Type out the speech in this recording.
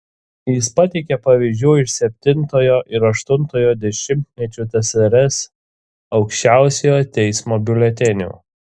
jis pateikia pavyzdžių iš septintojo ir aštuntojo dešimtmečių tsrs aukščiausiojo teismo biuletenių